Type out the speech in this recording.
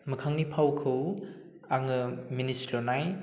मोखांनि फावखौ आङो मिनिस्लुनाय